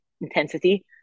intensity